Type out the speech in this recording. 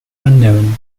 unknown